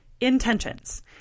Intentions